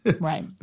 Right